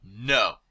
No